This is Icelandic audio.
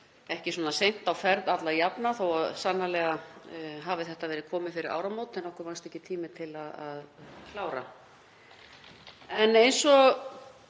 ekki svona seint á ferð alla jafna þó að sannarlega hafi þetta verið komið fyrir áramót en okkur vannst ekki tími til að klára. Þetta er